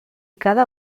cada